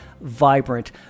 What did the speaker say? vibrant